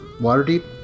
Waterdeep